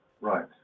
Right